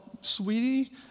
sweetie